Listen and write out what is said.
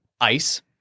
Ice